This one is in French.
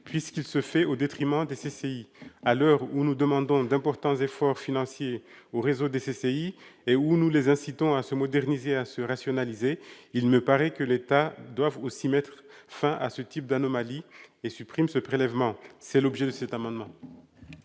puisqu'il se fait au détriment des CCI. À l'heure où nous demandons d'importants efforts financiers au réseau des CCI et où nous les incitons à se moderniser et à se rationaliser, il me semble que l'État doit aussi mettre fin à ce type d'anomalie, en supprimant ce prélèvement. Tel est l'objet de cet amendement.